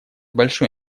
большой